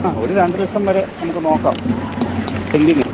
ആ ഒരു രണ്ടു ലക്ഷം വരെ നമുക്ക് നോക്കാം സെൻറ്റിന്